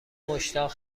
مشتاق